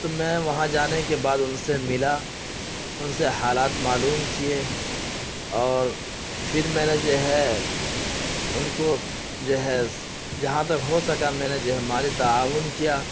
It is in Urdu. تو میں وہاں جانے کے بعد ان سے ملا ان سے حالات معلوم کیے اور پھر میں نے جو ہے ان کو جو ہے جہاں تک ہو سکا میں نے جو ہے مالی تعاون کیا